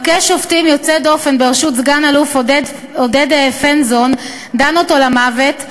הרכב שופטים יוצא-דופן בראשות סגן-אלוף עודד פסנזון דן אותו למוות,